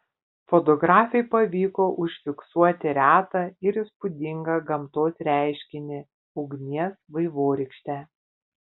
fotografei pavyko užfiksuoti retą ir įspūdingą gamtos reiškinį ugnies vaivorykštę